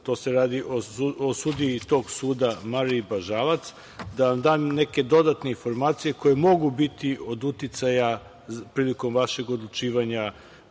o sudiji iz tog suda, Mariji Bažalac, da vam dam neke dodatne informacije koje mogu biti od uticaja prilikom vašeg odlučivanja